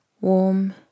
Warm